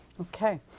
Okay